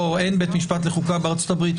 לא, אין בית משפט לחוקה בארצות הברית.